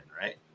Right